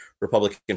Republican